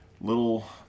little